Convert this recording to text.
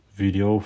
video